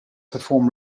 perform